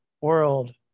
world